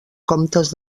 comtes